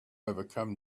overcome